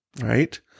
Right